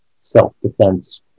self-defense